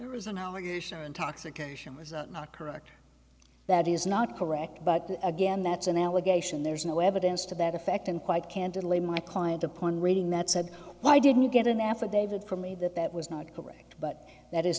there was an hour or intoxication was are correct that is not correct but again that's an allegation there's no evidence to that effect and quite candidly my client upon reading that said why didn't you get an affidavit from me that that was not correct but that is